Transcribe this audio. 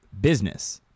business